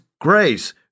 grace